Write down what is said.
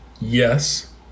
yes